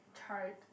charred